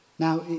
Now